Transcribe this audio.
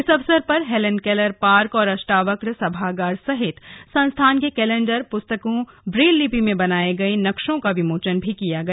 इस अवसर पर हेलन केलर पार्क और अष्टावक्र सभागार सहित संस्थान के कैलेण्डर पुस्तकों ब्रेललिपि में बनाये गये नक्शों का विमोचन भी किया गया